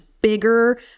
bigger